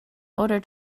order